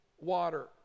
water